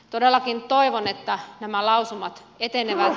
todellakin toivon että nämä lausumat etenevät